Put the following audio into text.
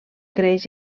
creix